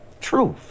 truth